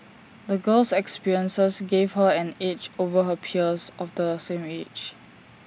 the girl's experiences gave her an edge over her peers of the same age